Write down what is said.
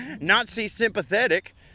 Nazi-sympathetic